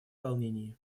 волнении